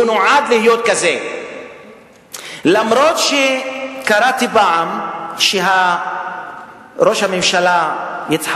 אלו עליות גדולות מאוד שהאפקט המיידי שלהן הוא הקושי שנוצר